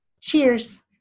Cheers